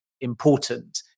important